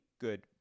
good